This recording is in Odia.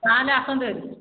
ନା ନା ଆସନ୍ତୁ ହେରି